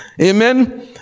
amen